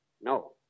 No